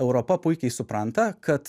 europa puikiai supranta kad